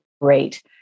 great